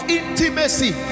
intimacy